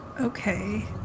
Okay